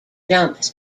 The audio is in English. jumps